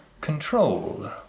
control